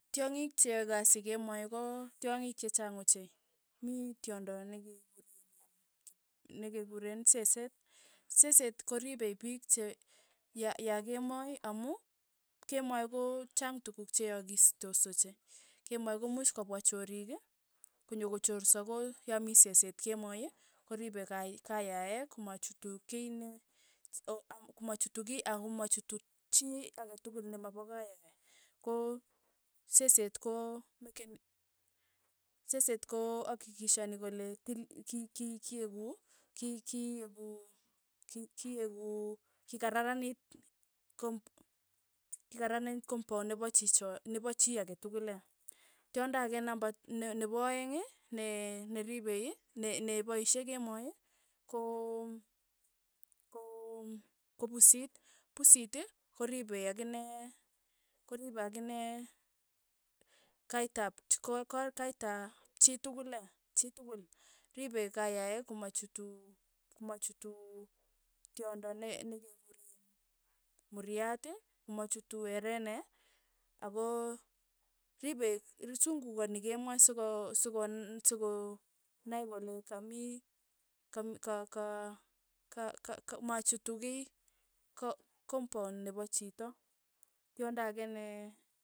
Tyong'ik cheyae kasi kemoi ko tyong'ik che chang ochei, mi tyondo nekekureen iin kip nekekureen seseet, seseet koripe piich che ya- ya yakemoi amu kemoi ko chang tukuk che akistos ochei, kemoi komuuch kopwa choriik, konyokochorsa, koyamii seseet kemoi koripe kai kayae komachutu kiy ne oo am komachutu kei akomachutu chii ake tukul nemopokayae, ko seseet ko meken seseet ko akikishani kole til ki- ki- kieku ki- ki- ki eku ki- ki- kieku ki kararanit komp kikararanit kompaund nepo chicho nepo chii ake tukul ee, tyondo ake namba tu nepa aeng' ne- ne neripe ne- ne nepaishei kemoi ko- ko- ko pusiit, pusiit koripe akine koripe akine kait kap ko- ko kait ap chitukul ee, chitukul, ripe kayae komachutu komachutu tyondo ne- nekekureen muryat, komachutu erene, ako ripe sung'ukani kemoi siko siko sikomai kole kamii kamii ka- ka- ka- ka machutu kei ka kompaund nepo chito, tyondo ake ne.